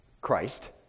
Christ